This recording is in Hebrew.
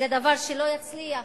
זה דבר שלא יצליח,